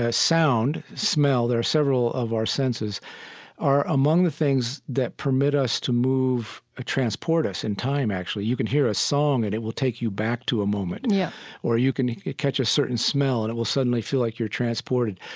sound, smell there are several of our senses are among the things that permit us to move and transport us in time, actually. you can hear a song and it will take you back to a moment yeah or you can catch a certain smell and it will suddenly feel like you're transported.